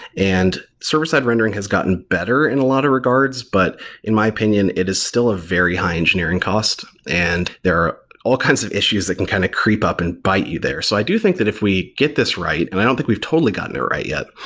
and server-side rendering has gotten better in a lot of regards. but in my opinion, it is still a very high engineering cost and there are kinds of issues that can kind of creep up and bite you there. so i do think that if we get this right, and i don't think we've totally gotten it right yet.